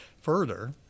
Further